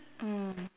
mm